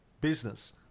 business